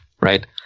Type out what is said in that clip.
right